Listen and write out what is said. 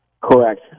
Correct